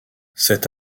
cet